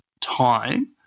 time